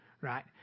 right